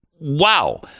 wow